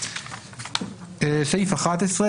סעיף 11,